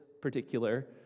particular